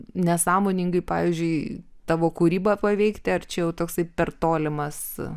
nesąmoningai pavyzdžiui tavo kūrybą paveikti ar čia jau toksai per tolimas